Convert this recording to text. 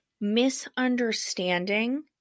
misunderstanding